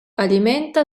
alimenta